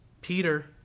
Peter